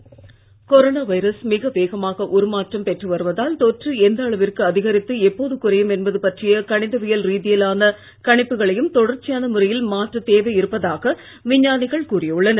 வைரஸ்கணிப்பு கொரோனாவைரஸ்மிகவேகமாகஉருமாற்றம்பெற்றுவருவதால்தொ ற்றுஎந்தஅளவிற்குஅதிகரித்துஎப்போதுகுறையும்என்பதுபற்றியகணிதவிய ல்ரீதியிலானகணிப்புகளையும்தொடர்ச்சியானமுறையில்மாற்றத்தேவைஇ ருப்பதாகவிஞ்ஞானிகள்கூறியுள்ளனர்